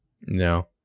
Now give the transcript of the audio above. No